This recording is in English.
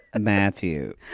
Matthew